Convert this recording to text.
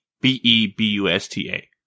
B-E-B-U-S-T-A